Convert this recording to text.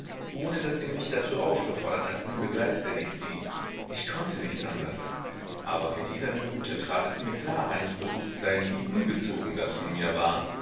ohne daß sie mich dazu aufgefordert hatten begleitete ich sie ich konnte nicht anders aber mir jeder minute trat es mir klarer ins bewußtsein wie ungezogen das von mir war